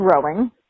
growing